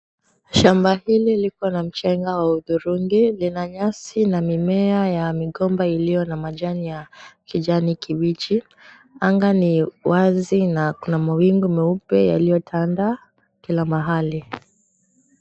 Shamba hili liko na mchanga wa udhurungi. Lina nyasi na mimea ya migomba iliyo na majani ya kijani kibichi. Anga ni wazi na kuna mawingu meupe yaliyotanda kila mahali.